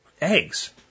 eggs